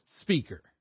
speaker